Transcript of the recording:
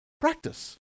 practice